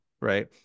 right